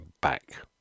back